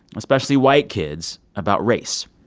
especially white kids, about race?